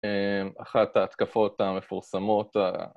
אחת ההתקפות המפורסמות